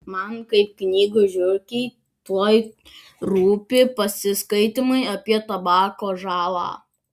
man kaip knygų žiurkei tuoj rūpi pasiskaitymai apie tabako žalą